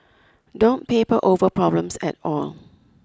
don't paper over problems at all